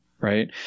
right